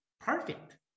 perfect